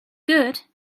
good